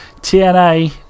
TNA